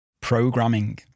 Programming